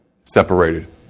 separated